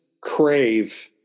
crave